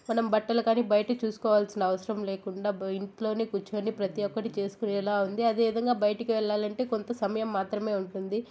మనం బట్టలు కానీ బయట చూసుకోవాల్సిన అవసరం లేకుండా ఇంట్లోనే కూర్చొని ప్రతి ఒక్కటి చేసుకొనేలా ఉంది అదే విధంగా బయటికి వెళ్లాలంటే కొంత సమయం మాత్రమే ఉంటుంది